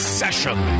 session